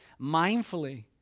mindfully